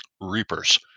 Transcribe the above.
Reapers